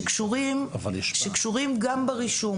שקשורים גם ברישום.